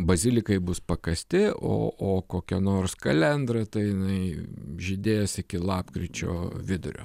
bazilikai bus pakąsti o o kokia nors kalendra tai jinai žydės iki lapkričio vidurio